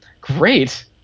Great